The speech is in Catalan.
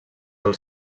del